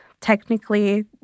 technically